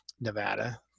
Nevada